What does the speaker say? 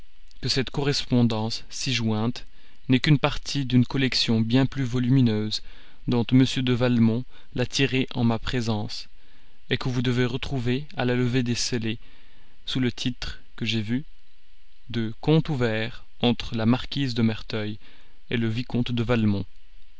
que cette correspondance ci jointe n'est qu'une partie d'une collection bien plus volumineuse dont m de valmont l'a tirée en ma présence que vous devez retrouver à la levée des scellés sous le titre que j'ai vu de compte ouvert entre la marquise de merteuil le vicomte de valmont